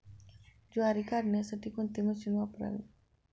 ज्वारी काढण्यासाठी कोणते मशीन वापरावे?